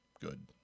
Good